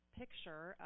picture